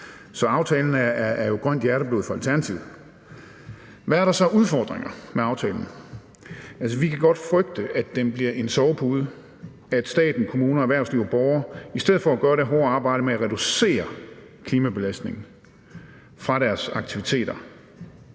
Så aftalen er jo grønt hjerteblod for Alternativet. Hvad er der så af udfordringer med aftalen? Altså, vi kan godt frygte, at den bliver en sovepude – at staten, kommuner, erhvervsliv og borgere i stedet for at gøre det hårde arbejde med at reducere klimabelastningen fra deres aktiviteter,